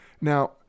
Now